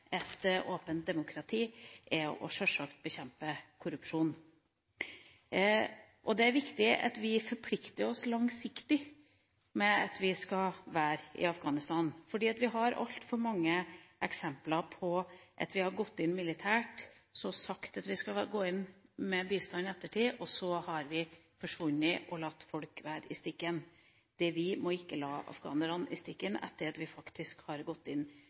viktig at vi forplikter oss langsiktig i Afghanistan. Vi har altfor mange eksempler på at vi har gått inn militært, sagt at vi skal gå inn med bistand i ettertid, og så forsvunnet og latt folk i stikken. Vi må ikke la afghanerne i stikken etter at vi har gått inn